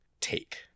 take